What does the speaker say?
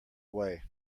way